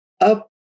up